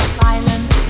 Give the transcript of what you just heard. silence